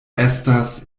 estas